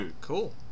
Cool